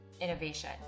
innovation